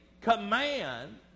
command